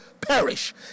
perish